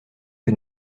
que